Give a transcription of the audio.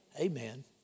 Amen